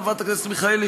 חברת הכנסת מיכאלי,